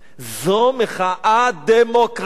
זו מחאה דמוקרטית.